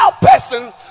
person